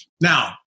Now